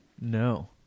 No